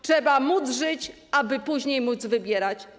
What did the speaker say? Trzeba móc żyć, aby później móc wybierać.